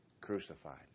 crucified